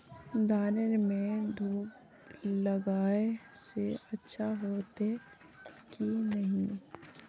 धानेर में धूप लगाए से अच्छा होते की नहीं?